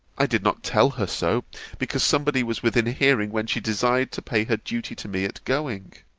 i did not tell her so because somebody was within hearing when she desired to pay her duty to me at going.